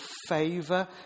favor